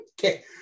Okay